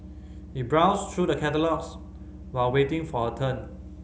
she browsed through the catalogues while waiting for her turn